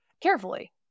carefully